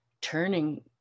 turning